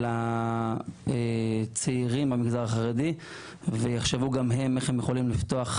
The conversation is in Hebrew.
של הצעירים במגזר החרדי ויחשבו גם הם איך הם יכולים לפתוח,